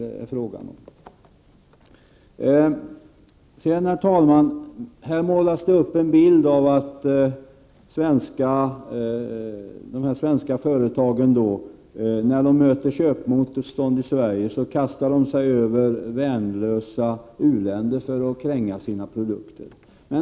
Herr talman! Här målas det upp en bild av att de svenska företagen när de möter köpmotstånd i Sverige kastar sig över värnlösa u-länder för att kränga sina produkter.